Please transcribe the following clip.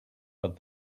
but